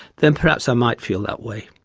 then perhaps i might feel that way,